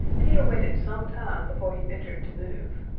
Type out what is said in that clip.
peter waited some time before he ventured to move.